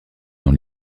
dans